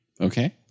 Okay